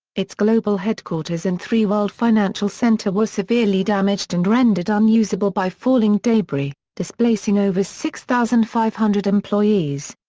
its global headquarters in three world financial center were severely damaged and rendered unusable by falling debris, displacing over six thousand five hundred employees.